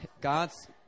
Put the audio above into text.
God's